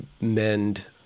mend